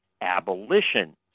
Abolition